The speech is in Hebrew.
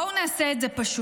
בואו נעשה את זה פשוט: